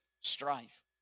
strife